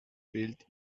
fehlt